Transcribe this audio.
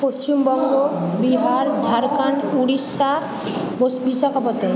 Paschimbanga Bihar Jharkhand Orissa Visakhapatnam